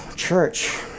church